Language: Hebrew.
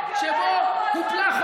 הרי ברור לך שאין פה עניין של זכויות הפרט.